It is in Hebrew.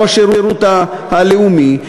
או השירות הלאומי,